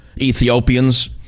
Ethiopians